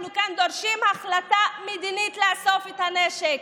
אנחנו כאן דורשים החלטה מדינית לאסוף את הנשק,